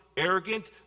arrogant